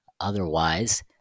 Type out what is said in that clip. Otherwise